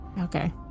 Okay